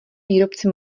výrobci